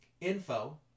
info